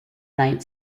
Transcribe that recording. ninth